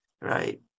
right